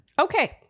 Okay